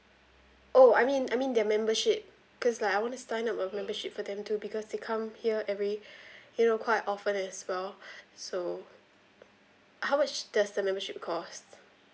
oh I mean I mean their membership cause like I want to sign up a membership for them too because they come here every you know quite often as well so how much does the membership cost